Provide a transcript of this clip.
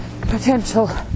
potential